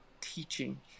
teaching